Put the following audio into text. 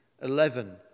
eleven